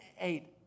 Eight